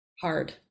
hard